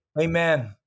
Amen